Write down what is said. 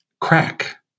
crack